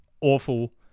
awful